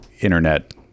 internet